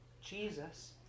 Jesus